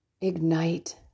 ignite